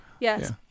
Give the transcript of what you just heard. Yes